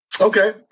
okay